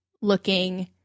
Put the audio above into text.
looking